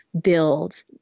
build